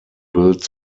built